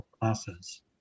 classes